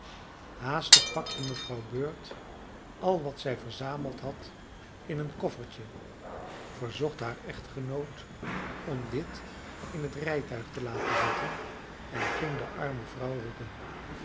haastig pakte mevrouw bird al wat zij verzameld had in een koffertje verzocht haar echtgenoot om dit in het rijtuig te laten zetten en ging de arme vrouw roepen